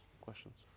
questions